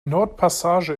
nordpassage